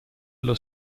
allo